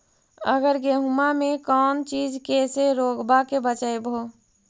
अबर गेहुमा मे कौन चीज के से रोग्बा के बचयभो?